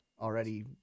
Already